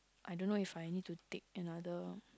I don't know if I need to take another